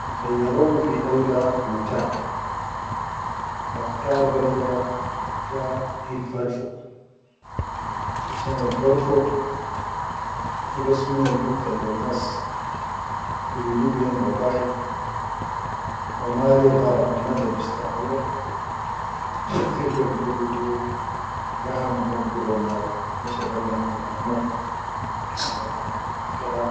Kan khayyaroni fi alga huta, bakhtar balga huta hil farfo, finshan al-farfo hubas minal huttal annas birodu bilen wa daʼim wa le ya darab al-nas al-bistaʼamalu da katir ke bigulu lahama da ma bi durran nadum mal shabal lahamal ahmar walla kan nadum akala.